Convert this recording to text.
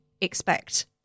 expect